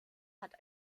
hat